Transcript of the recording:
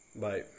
bye